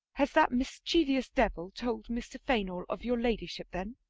has that mischievous devil told mr. fainall of your ladyship then?